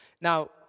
Now